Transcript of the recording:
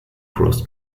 cross